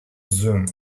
zoom